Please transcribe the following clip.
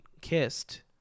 kissed